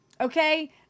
Okay